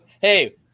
Hey